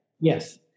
yes